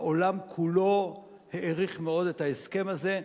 והעולם כולו העריך מאוד את ההסכם הזה.